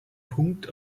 punkt